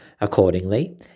Accordingly